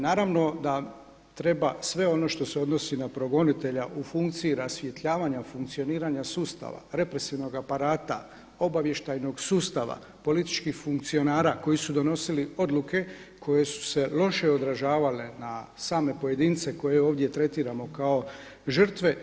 Naravno da treba sve ono što se odnosi na progonitelja u funkciji rasvjetljavanja, funkcioniranja sustava, represivnog aparata, obavještajnog sustava, političkih funkcionara koji su donosili odluke koje su se loše odražavale na same pojedince koje ovdje tretiramo kao žrtve.